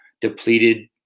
Depleted